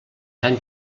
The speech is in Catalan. tan